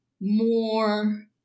more